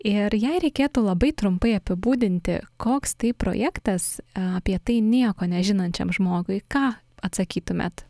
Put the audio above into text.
ir jei reikėtų labai trumpai apibūdinti koks tai projektas apie tai nieko nežinančiam žmogui ką atsakytumėt